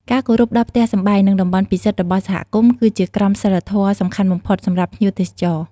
ការគោរពដល់ផ្ទះសម្បែង និងតំបន់ពិសិដ្ឋរបស់សហគមន៍ គឺជាក្រមសីលធម៌សំខាន់បំផុតសម្រាប់ភ្ញៀវទេសចរ។